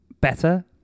better